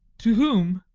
to whom?